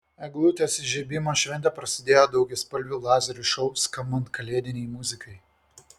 eglutės įžiebimo šventė prasidėjo daugiaspalvių lazerių šou skambant kalėdinei muzikai